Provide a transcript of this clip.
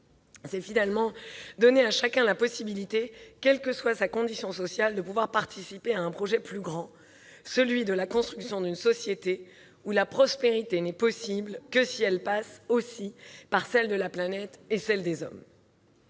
C'est, finalement, donner la possibilité à chacun, quelle que soit sa condition sociale, de pouvoir participer à un projet plus grand, celui de la construction d'une société où la prospérité n'est possible que si elle passe aussi par celle de la planète et celle des hommes.